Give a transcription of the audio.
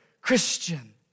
Christian